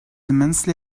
immensely